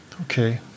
Okay